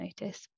notice